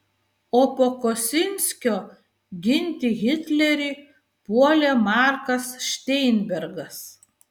o po kosinskio ginti hitlerį puolė markas šteinbergas